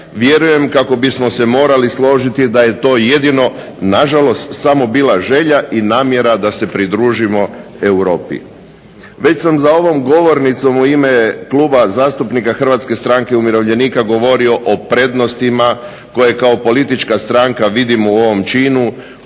vjerujem kako bismo se morali složiti da je to jedino na žalost bila želja i namjera da se pridružimo Europi. Već sam za ovom govornicom u ime Kluba zastupnika Hrvatske stranke umirovljenika govorio o prednostima koje kao politička stranka vidimo u ovom činu,